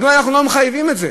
מדוע אנחנו לא מחייבים את זה?